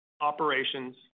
operations